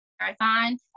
marathon